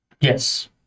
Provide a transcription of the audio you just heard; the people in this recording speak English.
Yes